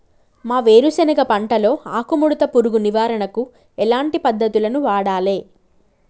మా వేరుశెనగ పంటలో ఆకుముడత పురుగు నివారణకు ఎటువంటి పద్దతులను వాడాలే?